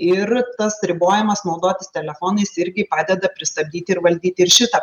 ir tas ribojimas naudotis telefonais irgi padeda pristabdyti ir valdyti ir šitą